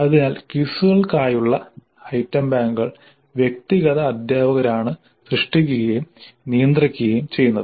അതിനാൽ ക്വിസുകൾക്കായുള്ള ഐറ്റം ബാങ്കുകൾ വ്യക്തിഗത അധ്യാപകരാണ് സൃഷ്ടിക്കുകയും നിയന്ത്രിക്കുകയും ചെയ്യുന്നത്